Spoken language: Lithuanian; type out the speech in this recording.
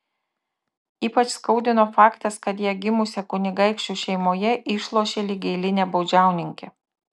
ypač skaudino faktas kad ją gimusią kunigaikščių šeimoje išlošė lyg eilinę baudžiauninkę